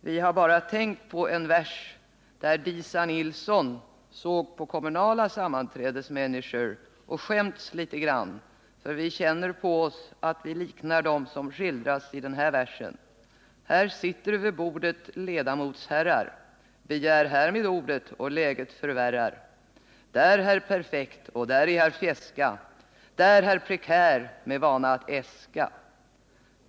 Vi har bara tänkt på en vers där Disa Nilsson såg på kommunala sammanträdesmänniskor och skäms lite grand, för vi känner på oss att vi liknar dem som skildras där: ”Här sitter vid bordet ledamotsherrar ”begär härmed ordet” och läget förvärrar där herr Perfekt och där är herr Fjäska där herr Prekär med vana att ”äska”.